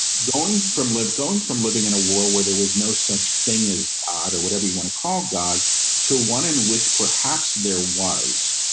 going from live, going from living in a world where there was no such thing as odd or whatever you want to call god to one in which perhaps there was,